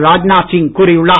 ராஜ்நாத் சிங் கூறியுள்ளார்